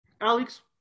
Alex